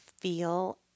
feel